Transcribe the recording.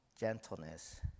gentleness